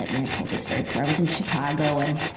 i mean, i've told this story before. i was in chicago and,